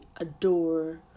adore